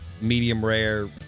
medium-rare